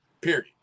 Period